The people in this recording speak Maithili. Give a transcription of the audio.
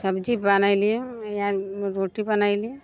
सब्जी बनैली रोटी बनैली